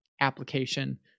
application